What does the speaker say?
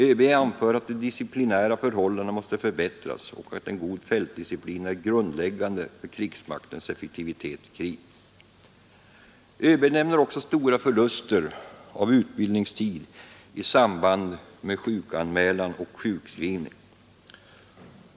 ÖB anför att de disciplinära förhållandena måste förbättras och att en god fältdisciplin är grundläggande för krigsmaktens effektivitet i krig. ÖB nämner också stora förluster av utbildningstid i samband med sjukanmälan och sjukskrivning.